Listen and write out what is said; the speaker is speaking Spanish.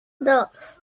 dos